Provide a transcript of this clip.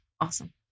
awesome